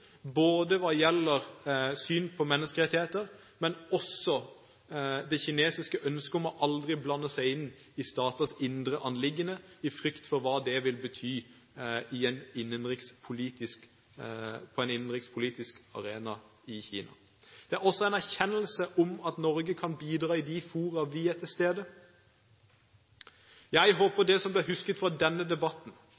gjelder synet på menneskerettigheter, og også det kinesiske ønsket om aldri å blande seg inn i staters indre anliggende av frykt for hva det vil bety på en innenrikspolitisk arena i Kina. Jeg håper det som blir husket fra denne debatten, er at det bare er forsoning og politiske løsninger som kan lede til